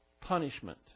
punishment